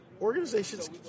organizations